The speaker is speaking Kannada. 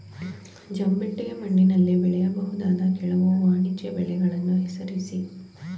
ಜಂಬಿಟ್ಟಿಗೆ ಮಣ್ಣಿನಲ್ಲಿ ಬೆಳೆಯಬಹುದಾದ ಕೆಲವು ವಾಣಿಜ್ಯ ಬೆಳೆಗಳನ್ನು ಹೆಸರಿಸಿ?